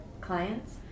clients